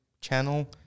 channel